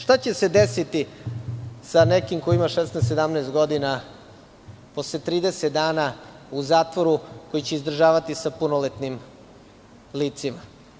Šta će se desiti sa nekim ko ima 16, 17 godina posle 30 dana u zatvoru, koji će izdržavati sa punoletnim licima?